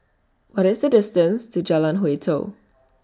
What IS The distance to Jalan Hwi Tow